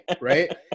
right